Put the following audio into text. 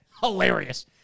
Hilarious